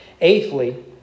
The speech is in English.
Eighthly